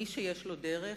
מי שיש לו דרך